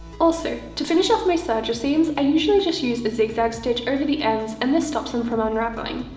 also to finish off my so serger seams, i usually just use a zig zag stitch over the ends and this stops them from unraveling.